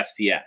FCS